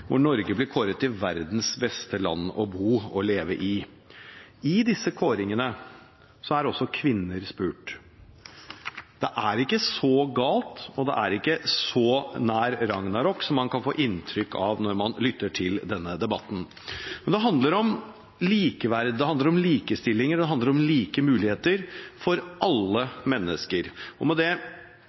hvor Norge er blitt kåret til verdens beste land å bo og leve i. I disse kåringene er også kvinner spurt. Det er ikke så galt, og det er ikke så nær ragnarok som man kan få inntrykk av når man lytter til denne debatten. Det handler om likeverd. Det handler om likestilling, og det handler om like muligheter – for alle mennesker. Med det